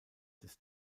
des